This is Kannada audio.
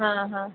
ಹಾಂ ಹಾಂ